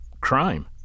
crime